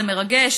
זה מרגש,